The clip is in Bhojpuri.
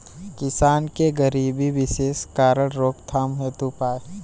किसान के गरीबी के विशेष कारण रोकथाम हेतु उपाय?